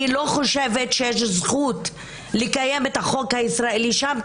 אני לא חושבת שיש זכות לקיים את החוק הישראלי שם,